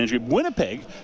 Winnipeg